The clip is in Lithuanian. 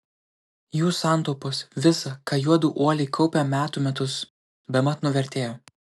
jų santaupos visa ką juodu uoliai kaupė metų metus bemat nuvertėjo